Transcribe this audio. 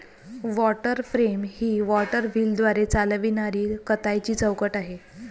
water frame ही water व्हीलद्वारे चालविणारी कताईची चौकट आहे